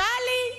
טלי,